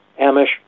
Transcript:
Amish